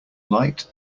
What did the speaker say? light